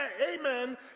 amen